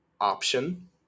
option